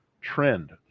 trend